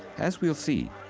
as we'll see,